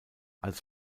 als